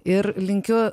ir linkiu